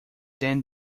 then